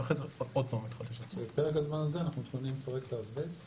ואחרי זה עוד פעם --- בפרק הזמן הזה אנחנו --- עם פרויקט אסבסט